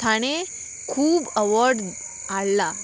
थाणें खूब अवॉर्ड हाडला